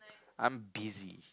I'm busy